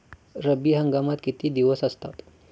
रब्बी हंगामात किती दिवस असतात?